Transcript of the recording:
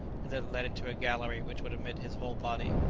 and that it led into a gallery which would admit his whole body.